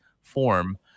form